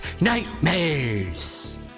nightmares